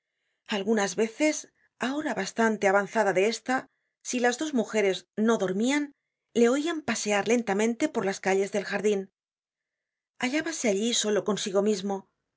agunas veces á hora bastante avanzada de esta si las dos mujeres no dormian le oian pasear lentamente por las calles del jardin hallábase allí solo consigo mismo